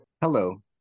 Hello